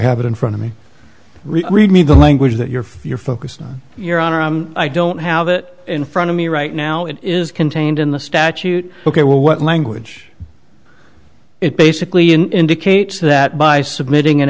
have it in front of me read me the language that you're you're focusing your honor i don't have it in front of me right now it is contained in the statute ok well what language it basically in indicates that by submitting an